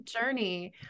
journey